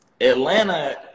Atlanta